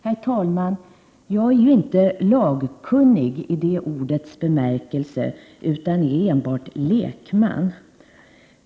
Herr talman! Jag är inte lagkunnig i det ordets bemärkelse, utan enbart lekman.